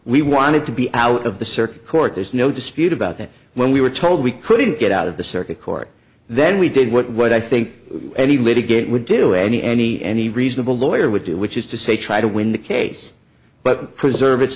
we wanted to be out of the circuit court there's no dispute about that when we were told we couldn't get out of the circuit court then we did what i think any litigate would do any any any reasonable lawyer would do which is to say try to win the case but preserve its